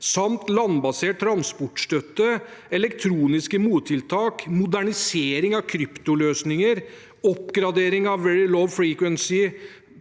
samt landbasert transportstøtte, elektroniske mottiltak, modernisering av kryptoløsninger og oppgradering av Very Low Frequency